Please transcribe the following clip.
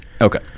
Okay